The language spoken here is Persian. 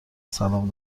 سلام